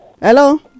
Hello